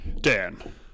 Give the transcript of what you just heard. Dan